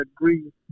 agree